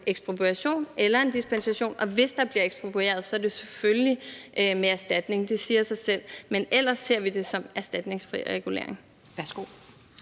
ekspropriation eller gives en dispensation, og hvis der bliver eksproprieret, er det selvfølgelig med erstatning. Det siger sig selv. Men ellers ser vi det som en erstatningsfri regulering.